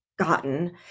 Gotten